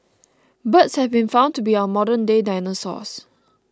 birds have been found to be our modernday dinosaurs